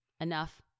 enough